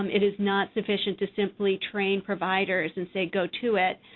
um it is not sufficient to simply train providers and say go to it,